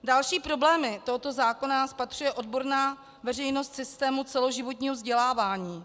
Další problémy tohoto zákona spatřuje odborná veřejnost v systému celoživotního vzdělávání.